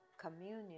communion